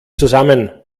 zusammen